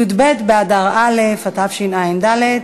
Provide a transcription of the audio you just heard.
י"ב באדר א' התשע"ד,